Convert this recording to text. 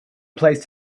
placed